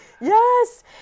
Yes